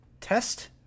test